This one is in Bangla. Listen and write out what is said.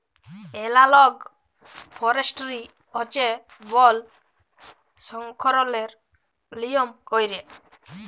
এলালগ ফরেস্টিরি হছে বল সংরক্ষলের লিয়ম ক্যইরে